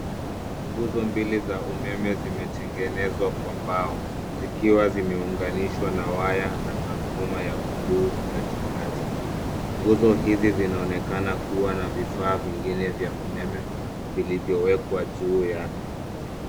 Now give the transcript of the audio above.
Nguzo mbili za umeme zimetengenezwa kwa mbao zikiwa zimeunganishwa na waya na transfomer ya blue katikati. Nguzo hizi zinaoenekana kuwa na vifaa vingine vya umeme vilivyowekwa juu yake.